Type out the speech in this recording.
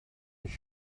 mich